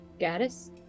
Gaddis